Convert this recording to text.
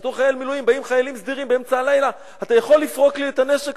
באים חיילים סדירים באמצע הלילה: אתה יכול לפרוק לי את הנשק,